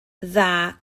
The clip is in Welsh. dda